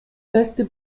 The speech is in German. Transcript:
feste